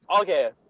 Okay